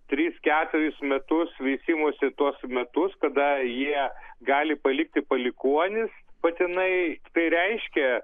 tris keturis metus veisimosi tuos metus kada jie gali palikti palikuonis patinai tai reiškia